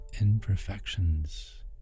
imperfections